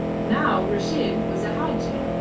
now reshid was a hadji.